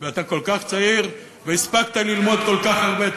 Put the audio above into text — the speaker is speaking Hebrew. אתה כל כך צעיר, והספקת ללמוד כל כך הרבה.